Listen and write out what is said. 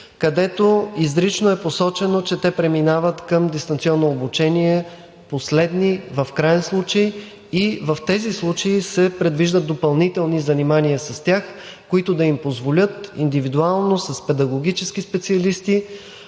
където изрично е посочено, че те преминават към дистанционно обучение последни – в краен случай, и в тези случаи се предвиждат допълнителни занимания с тях, които да им позволят индивидуално, с педагогически специалисти